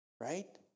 right